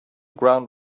ground